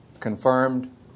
Confirmed